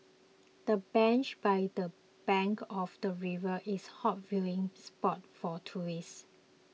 the bench by the bank of the river is a hot viewing spot for tourists